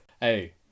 Hey